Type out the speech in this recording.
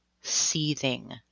seething